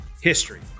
history